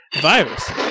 virus